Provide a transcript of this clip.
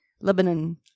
Lebanon